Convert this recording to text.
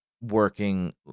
working